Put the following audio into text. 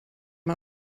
man